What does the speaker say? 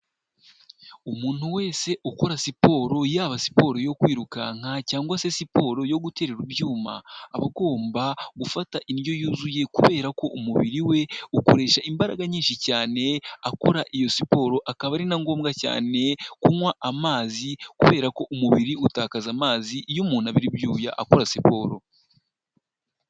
Umuntu wese ukora siporo, yaba siporo yo kwirukanka cyangwa se siporo yo guterura ibyuma, aba agomba gufata indyo yuzuye kubera ko umubiri we ukoresha imbaraga nyinshi cyane akora iyo siporo, akaba ari na ngombwa cyane kunywa amazi kubera ko umubiri utakaza amazi iyo umuntu abira ibyuya akora siporo.